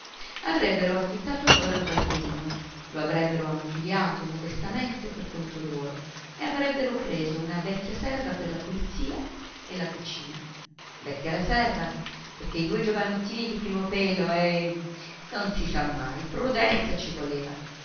avrebbero affittato allora un quartierino lo avrebbero ammobiliato modestamente per conto loro e avrebbero preso una vecchia serva per la pulizia e la cucina vecchia la serva perché i due giovanottini di primo pelo eh non si sa mai prudenza ci voleva